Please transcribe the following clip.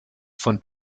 von